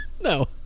No